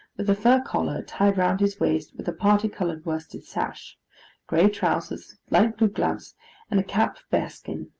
with a fur collar, tied round his waist with a parti-coloured worsted sash grey trousers light blue gloves and a cap of bearskin.